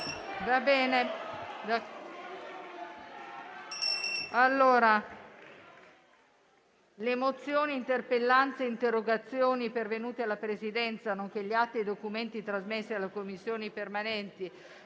finestra"). Le mozioni, le interpellanze e le interrogazioni pervenute alla Presidenza, nonché gli atti e i documenti trasmessi alle Commissioni permanenti